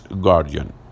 guardian